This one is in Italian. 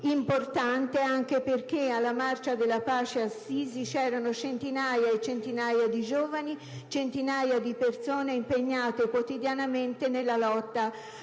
importante, anche perché alla Marcia per la pace di Assisi erano presenti centinaia e centinaia di giovani, centinaia di persone impegnate quotidianamente nella lotta